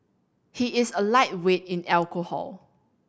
he is a lightweight in alcohol